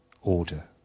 order